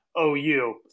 OU